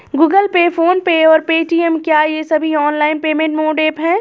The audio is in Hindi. गूगल पे फोन पे और पेटीएम क्या ये सभी ऑनलाइन पेमेंट मोड ऐप हैं?